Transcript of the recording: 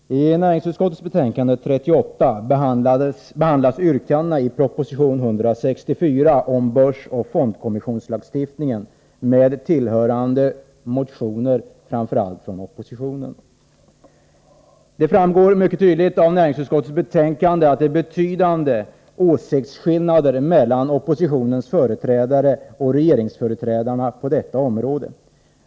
Herr talman! I näringsutskottets betänkande 38 behandlas yrkandena i Börsoch fondproposition 164 om börsoch fondkommissionslagstiftningen med tillhöran de motioner, framför allt från oppositionen. Det framgår mycket tydligt av näringsutskottets betänkande att det är betydande åsiktsskillnader mellan oppositionens och regeringens företrädare på detta område.